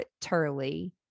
Turley